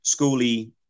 schooly